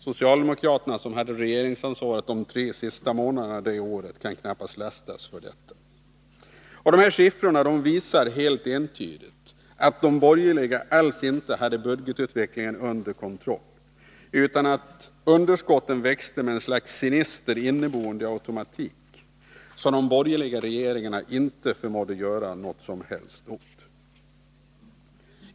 Socialdemokraterna, som hade regeringsansvaret under de tre sista månaderna det året, kan knappast lastas för detta. Dessa siffror visar helt entydigt att de borgerliga alls inte hade budgetutvecklingen under kontroll, utan att underskotten växte med ett slags sinister inneboende automatik, som de borgerliga regeringarna inte förmådde göra något som helst åt.